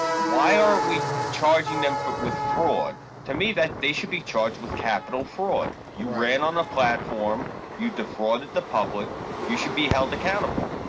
why are we charging them for with fraud to me that they should be charged with capital fraud you ran on a platform you defrauded the public you should be held accountable